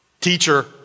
teacher